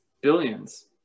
Billions